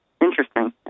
Interesting